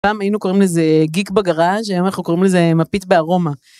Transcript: פעם היינו קוראים לזה גיק בגראז' היום אנחנו קוראים לזה מפית בארומה.